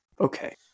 Okay